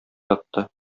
ятты